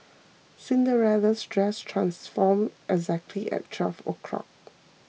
Cinderella's dress transformed exactly at twelve o'clock